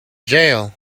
jail